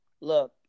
look